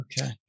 Okay